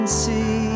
see